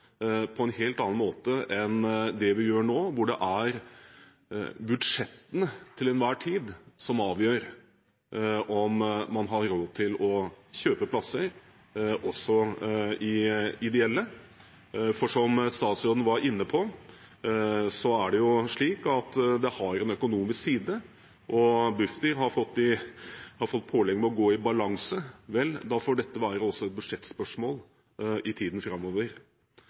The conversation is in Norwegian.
på en helt annen måte enn det vi gjør nå, hvor det er budsjettene til enhver tid som avgjør om man har råd til å kjøpe plasser, også ideelle. For som statsråden var inne på, er det slik at det har en økonomisk side, og Bufdir har fått pålegg om å gå i balanse. Vel, da får dette være også et budsjettspørsmål i tiden framover.